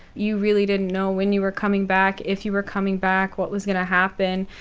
you really didn't know when you were coming back, if you were coming back, what was going to happen.